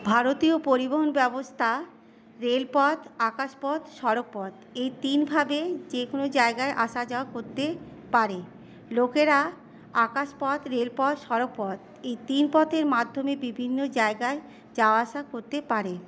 ভারতীয় পরিবহন ব্যবস্থা রেলপথ আকাশপথ সড়কপথ এই তিনভাবে যে কোন জায়গায় আসা যাওয়া করতে পারে লোকেরা আকাশপথ রেলপথ সড়কপথ এই তিন পথের মাধ্যমে বিভিন্ন জায়গায় যাওয়া আসা করতে পারে